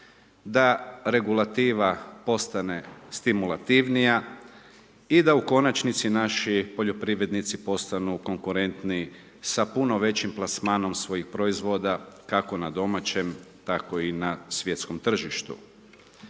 da regulativa postane stimulativnija i da u konačnici naši poljoprivrednici postanu konkuretniji sa puno većim plasmanom svojih proizvoda kako n domaćem tako i na svjetskom tržištu.